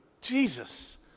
Jesus